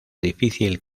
difícil